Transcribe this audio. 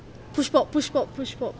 pushbox pushbo~